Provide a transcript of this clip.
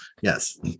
yes